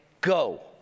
go